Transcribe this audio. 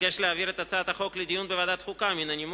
ביקש להעביר את הצעת החוק לדיון בוועדת החוקה בנימוק